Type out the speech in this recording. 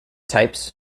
types